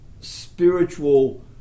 spiritual